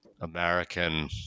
American